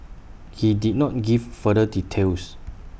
he did not give further details